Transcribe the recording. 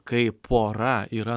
kai pora yra